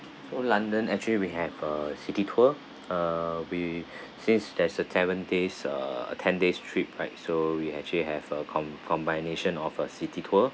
so london actually we have a city tour uh we since there's a tavern days uh ten days trip right so we actually have a com~ combination of a city tour